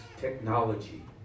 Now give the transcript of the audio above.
technology